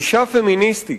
גישה פמיניסטית,